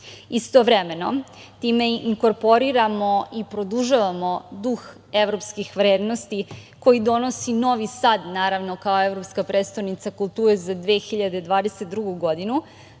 zamisli. Istovremeno, time inkorporiramo i produžavamo duh evropskih vrednosti koji donosi Novi Sad kao evropska prestonica kulture za 2022. godinu,